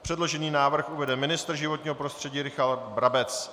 Předložený návrh uvede ministr životního prostředí Richard Brabec.